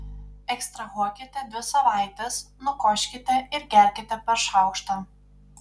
ekstrahuokite dvi savaites nukoškite ir gerkite po šaukštą